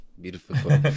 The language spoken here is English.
Beautiful